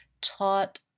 taught